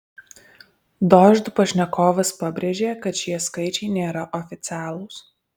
dožd pašnekovas pabrėžė kad šie skaičiai nėra oficialūs